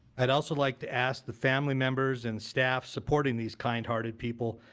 i'd also like to ask the family members and staff supporting these kind hearted people,